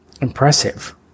impressive